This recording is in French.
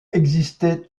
existé